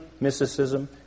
mysticism